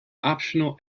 optional